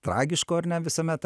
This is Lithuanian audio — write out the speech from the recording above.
tragiško ar ne visuomet